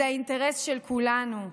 זה האינטרס של כולנו,